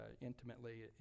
intimately